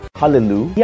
Hallelujah